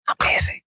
Amazing